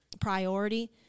priority